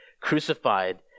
crucified